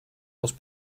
was